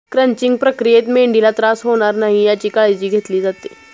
crunching प्रक्रियेत मेंढीला त्रास होणार नाही याची काळजी घेतली जाते